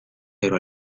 pero